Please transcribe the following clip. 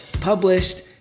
published